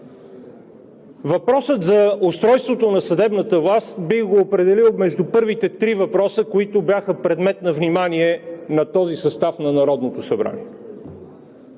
Въпросът за устройството на съдебната власт бих го определил между първите три въпроса, които бяха предмет на внимание на този състав на Народното събрание.